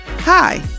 Hi